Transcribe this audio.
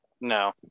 No